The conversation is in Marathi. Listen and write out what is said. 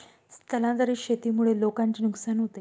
स्थलांतरित शेतीमुळे लोकांचे नुकसान होते